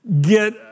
get